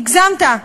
הגזמת.